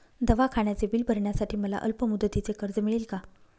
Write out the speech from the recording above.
दवाखान्याचे बिल भरण्यासाठी मला अल्पमुदतीचे कर्ज मिळेल का?